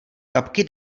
kapky